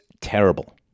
terrible